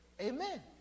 Amen